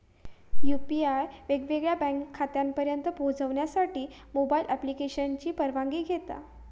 UPI वेगवेगळ्या bank खात्यांपर्यंत पोहचण्यासाठी मोबाईल ॲप्लिकेशनची परवानगी घेता